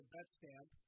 Betstamp